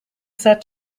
set